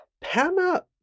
Panna